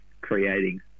creating